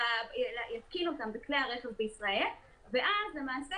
יתקין אותם בכלי הרכב בישראל ואז למעשה